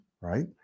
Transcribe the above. right